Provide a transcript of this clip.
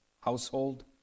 household